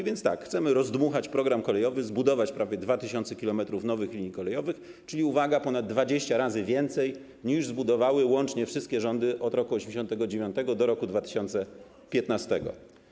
Więc tak, chcemy rozdmuchać program kolejowy, zbudować prawie 2 tys. kilometrów nowych linii kolejowych, czyli, uwaga, ponad 20 razy więcej, niż zbudowały łącznie wszystkie rządy od roku 1989 do roku 2015.